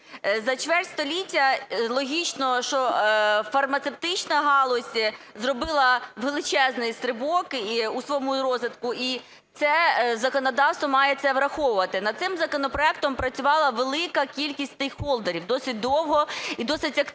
За чверть століття логічно, що фармацевтична галузь зробила величезний стрибок у своєму розвитку і це законодавство має це враховувати. Над цим законопроектом працювала велика кількість стейкхолдерів досить довго і досить активно.